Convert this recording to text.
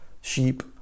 sheep